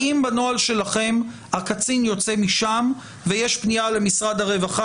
האם בנוהל שלכם הקצין יוצא משם ויש פנייה למשרד הרווחה?